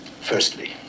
Firstly